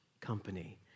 company